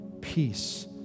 peace